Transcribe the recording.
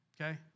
okay